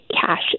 cash